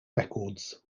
records